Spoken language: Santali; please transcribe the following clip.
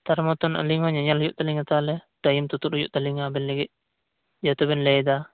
ᱚᱱᱠᱟ ᱞᱮᱠᱟ ᱟᱹᱞᱤᱧ ᱦᱚᱸ ᱧᱮᱧᱮᱞ ᱦᱩᱭᱩᱜ ᱛᱟᱞᱤᱧᱟ ᱛᱟᱞᱦᱮ ᱴᱟᱭᱤᱢ ᱛᱩᱛᱩᱫ ᱦᱩᱭᱩᱜ ᱛᱟᱞᱤᱧᱟ ᱟᱵᱮᱱ ᱞᱟᱹᱜᱤᱫ ᱡᱮᱴᱟᱵᱮᱱ ᱞᱟᱹᱭᱮᱫᱟ